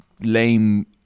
lame